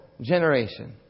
generation